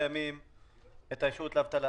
עובדי קרן קרב ממומנים במאת האחוזים על ידי משרד החינוך.